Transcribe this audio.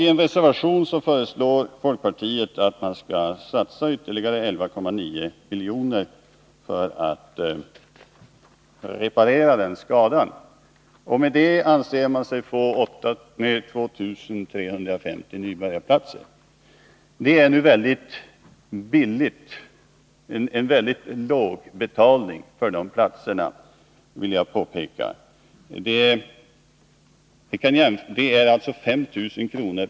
I en reservation föreslår folkpartiet att man skall satsa ytterligare 11,9 miljoner för att reparera skadan. Med det anser man sig få 2 350 nybörjarplatser. Det är en väldigt låg betalning för de platserna, vill jag påpeka. Det är alltså 5 000 kr.